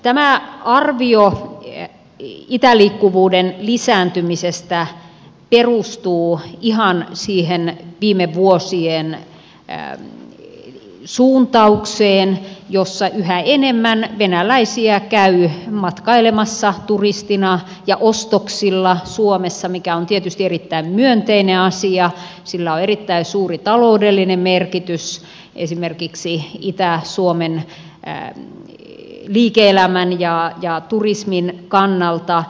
tämä arvio itäliikkuvuuden lisääntymisestä perustuu ihan siihen viime vuosien suuntaukseen jossa yhä enemmän venäläisiä käy matkailemassa turistina ja ostoksilla suomessa mikä on tietysti erittäin myönteinen asia sillä on erittäin suuri taloudellinen merkitys esimerkiksi itä suomen liike elämän ja turismin kannalta